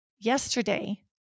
yesterday